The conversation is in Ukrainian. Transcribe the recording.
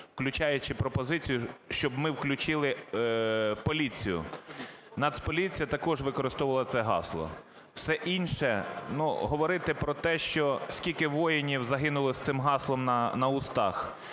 включаючи пропозицію, щоб ми включили поліцію. Нацполіція також використовувала це гасло. Все інше, ну, говорити про те, що скільки воїнів загинули з цим гаслом на устах,